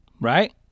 right